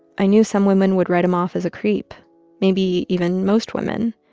i knew some women would write him off as a creep maybe even most women.